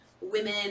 women